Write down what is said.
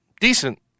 decent